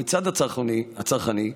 מהצד הצרכני,